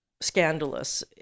scandalous